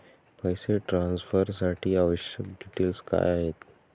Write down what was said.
पैसे ट्रान्सफरसाठी आवश्यक डिटेल्स काय आहेत?